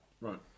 right